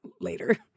later